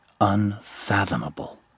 unfathomable